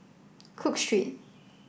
Cook Street